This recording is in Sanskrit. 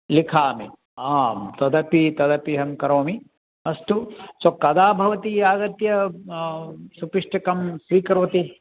लिखामि आं तदपि तदपि अहं करोमि अस्तु स्व कदा भवती आगत्य सुपिष्टकं स्वीकरोति